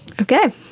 Okay